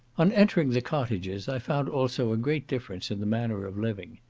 on entering the cottages i found also a great difference in the manner of living.